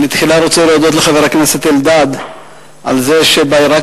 תחילה אני רוצה להודות לחבר הכנסת אלדד על זה שרק